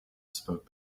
spoke